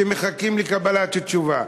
ומחכים לקבלת תשובה.